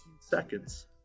seconds